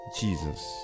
Jesus